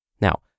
Now